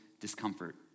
discomfort